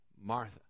Martha